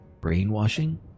brainwashing